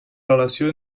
relació